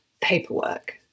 paperwork